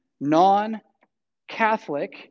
non-Catholic